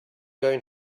going